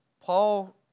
Paul